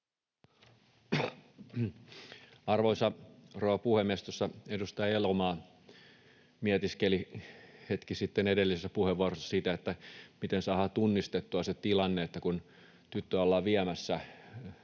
Arvoisa rouva puhemies! Tuossa edustaja Elomaa mietiskeli hetki sitten edellisessä puheenvuorossa sitä, miten saadaan tunnistettua se tilanne, että tyttöä ollaan viemässä